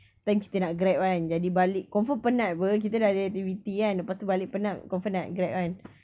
kan kita nak grab kan jadi balik confirm penat [pe] kita dah ada activity kan lepas tu balik penat confirm nak grab kan